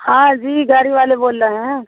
हाँ जी गाड़ी वाले बोल रहे हैं